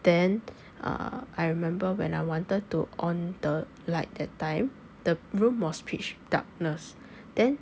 then err I remember when I wanted to on the light that time the room was pitch darkness then